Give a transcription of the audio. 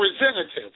representative